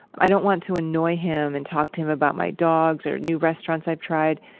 i don't want to annoy him and talk to him about my dogs or new restaurants i've tried.